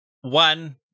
One